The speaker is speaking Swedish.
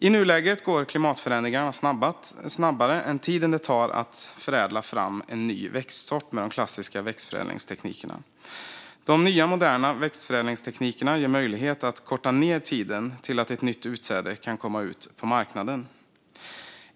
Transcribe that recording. I nuläget går klimatförändringarna snabbare än tiden det tar att förädla fram en ny växtsort med de klassiska växtförädlingsteknikerna. De nya, moderna växtförädlingsteknikerna ger möjlighet att korta ned tiden till att ett nytt utsäde kan komma ut på marknaden.